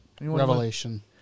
Revelation